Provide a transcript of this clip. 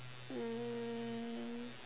um